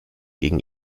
gegen